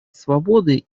свободы